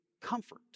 comfort